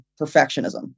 perfectionism